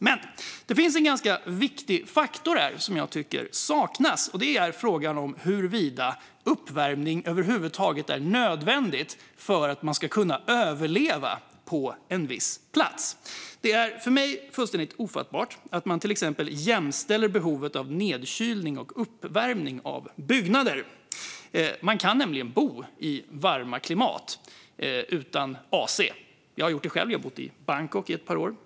Men det finns en ganska viktig faktor som jag tycker saknas, och det är frågan om huruvida uppvärmning över huvud taget är nödvändigt för att man ska kunna överleva på en viss plats. Det är för mig fullständigt ofattbart att man till exempel jämställer behovet av nedkylning respektive uppvärmning av byggnader. Man kan nämligen bo i varma klimat utan AC. Jag har gjort det själv; jag har bott i Bangkok i ett par år.